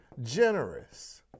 generous